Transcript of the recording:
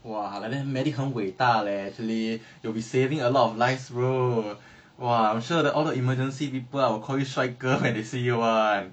!wah! like that medic 很伟大 leh actually you'll be saving a lot of lives bro !wah! I'm sure all the emergency people will call 帅哥 if they see you [one]